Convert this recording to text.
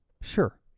Sure